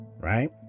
right